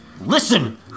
Listen